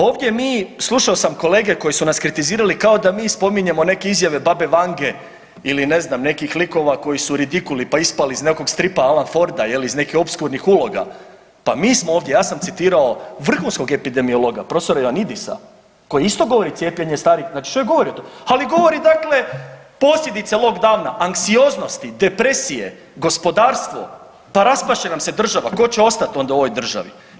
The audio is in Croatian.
Ovdje mi, slušao sam kolege koji su nas kritizirali kao da mi spominjemo neke izjave babe Vange ili ne znam nekih likova koji su ridikuli pa ispali iz nekog stripa Alan Forda jel iz nekih opskurnih uloga, pa mi smo ovdje, ja sam citirao vrhunskog epidemiologa prof. Ioannidis-a koji isto govori cijepljenje starih …/nerazumljivo/… ali govori dakle posljedica lockdowna anksioznosti, depresije, gospodarstvo pa raspast će nam država, tko će ostati onda u ovoj državi.